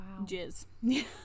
jizz